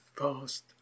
past